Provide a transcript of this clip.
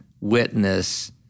witness